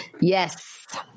Yes